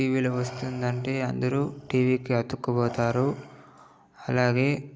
టీవీలో వొస్తుందంటే అందరు టీవీకి అతుక్కుపోతారు అలాగే